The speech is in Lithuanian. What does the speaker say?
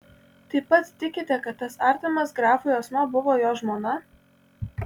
taip pat tikite kad tas artimas grafui asmuo buvo jo žmona